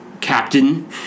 Captain